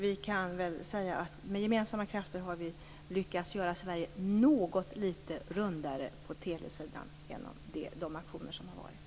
Vi kan väl säga att vi med gemensamma krafter har lyckats göra Sverige något litet rundare på telesidan genom de aktioner som har varit.